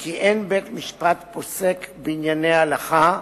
כי אין בית-משפט פוסק בענייני הלכה,